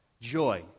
joy